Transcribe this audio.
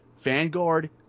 Vanguard